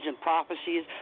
prophecies